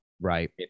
Right